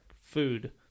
food